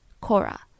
Cora